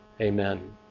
Amen